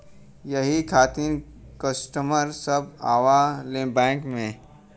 यही खातिन कस्टमर सब आवा ले बैंक मे?